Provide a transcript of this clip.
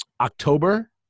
October